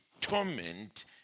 torment